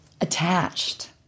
attached